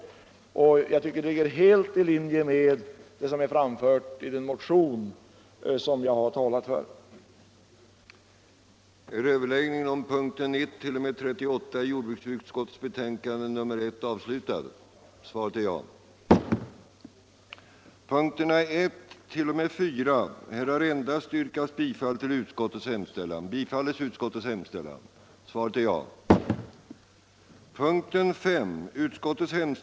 Jag tycker det ligger helt i linje med vad som har framförts i den motion jag har talat för. den det ej vill röstar nej. den det ej vill röstar nej. den det ej vill röstar nej. den det ej vill röstar nej. den det ej vill röstar nej. den det ej vill röstar nej. forskning den det § vill röstar nej.